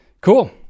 Cool